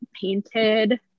painted